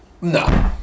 No